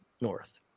north